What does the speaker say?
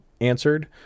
answered